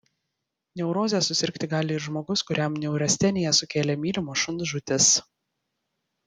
neuroze susirgti gali ir žmogus kuriam neurasteniją sukėlė mylimo šuns žūtis